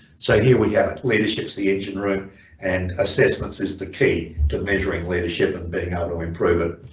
so here we have it, leaderships the engine-room and assessments is the key to measuring leadership and being able to improve it.